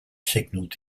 signalled